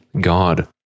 God